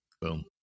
Boom